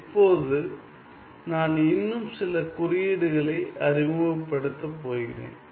இப்போது நான் இன்னும் சில குறியீடுகளை அறிமுகப்படுத்தப் போகிறேன்